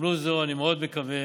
בהזדמנות זו אני מאוד מקווה